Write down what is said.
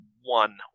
one